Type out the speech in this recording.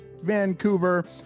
Vancouver